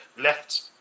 left